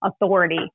authority